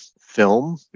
film